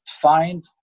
find